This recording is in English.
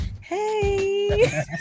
hey